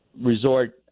Resort